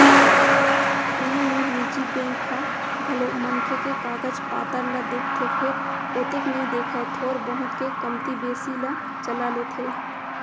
उही मेर निजी बेंक ह घलौ मनखे के कागज पातर ल देखथे फेर ओतेक नइ देखय थोर बहुत के कमती बेसी ल चला लेथे